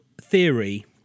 theory